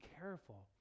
careful